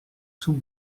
sous